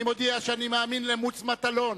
אני מודיע שאני מאמין למוץ מטלון